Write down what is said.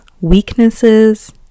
weaknesses